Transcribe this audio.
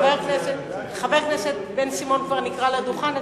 חבר הכנסת בן-סימון כבר נקרא לדוכן,